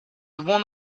one